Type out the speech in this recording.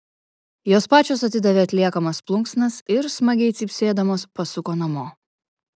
jos pačios atidavė atliekamas plunksnas ir smagiai cypsėdamos pasuko namo